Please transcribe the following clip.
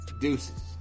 Deuces